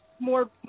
more